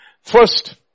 First